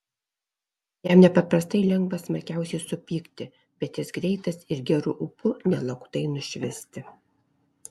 jam nepaprastai lengva smarkiausiai supykti bet jis greitas ir geru ūpu nelauktai nušvisti